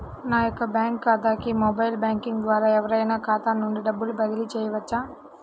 నా యొక్క బ్యాంక్ ఖాతాకి మొబైల్ బ్యాంకింగ్ ద్వారా ఎవరైనా ఖాతా నుండి డబ్బు బదిలీ చేయవచ్చా?